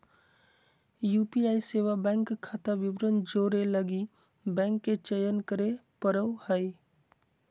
UPI सेवा bank खाता विवरण जोड़े लगी बैंक के चयन करे पड़ो हइ